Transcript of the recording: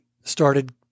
started